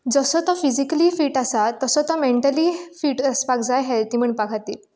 जसो तो physically fit आसा तसो तो मेंटली फीट आसपाक जाय हेल्दी म्हणपा खातीर